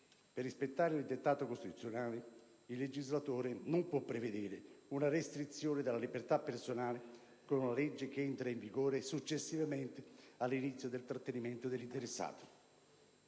per rispettare il dettato costituzionale, il legislatore non può prevedere una restrizione della libertà personale con una legge che entra in vigore successivamente all'inizio del trattenimento dell'interessato.